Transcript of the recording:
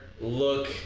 look